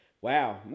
Wow